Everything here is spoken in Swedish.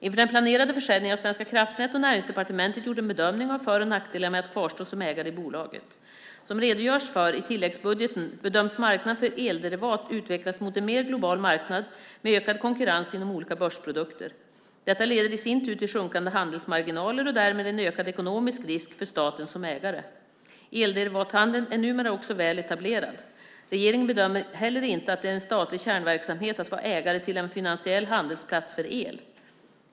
Inför den planerade försäljningen har Svenska kraftnät och Näringsdepartementet gjort en bedömning av för och nackdelar med att kvarstå som ägare i bolaget. Som redogörs för i tilläggsbudgeten bedöms marknaden för elderivat utvecklas mot en mer global marknad med ökad konkurrens inom olika börsprodukter. Detta leder i sin tur till sjunkande handelsmarginaler och därmed en ökad ekonomisk risk för staten som ägare. Elderivathandeln är numera också väl etablerad. Regeringen bedömer heller inte att det är en statlig kärnverksamhet att vara ägare till en finansiell handelsplats för el.